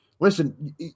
Listen